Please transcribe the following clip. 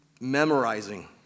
memorizing